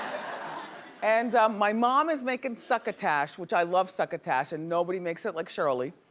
and my mom is making succotash, which i love succotash, and nobody makes it like shirley.